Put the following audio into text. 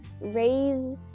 raise